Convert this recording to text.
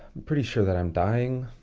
pretty sure that i'm dying,